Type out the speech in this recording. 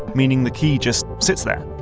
meaning the key just sits there.